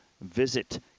Visit